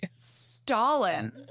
Stalin